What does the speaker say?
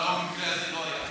למה במקרה הזה זה לא היה?